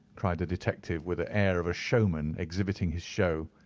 cried the detective, with the air of a showman exhibiting his show.